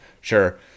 Sure